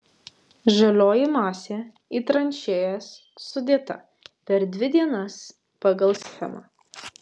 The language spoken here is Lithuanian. žalioji masė į tranšėjas sudėta per dvi dienas pagal schemą